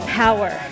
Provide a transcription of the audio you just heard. power